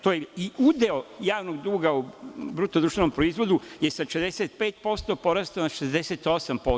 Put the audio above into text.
To je i udeo javnog duga u BDP je sa 65 porastao na 68%